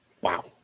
Wow